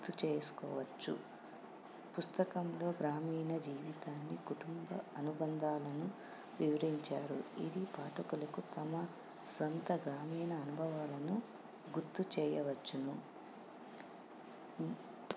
గుర్తు చేసుకోవచ్చు పుస్తకంలో గ్రామీణ జీవితాన్ని కుటుంబ అనుబంధాలను వివరించారు ఇది పాటుకలకు తమ సొంత గ్రామీణ అనుభవాలను గుర్తు చేయవచ్చును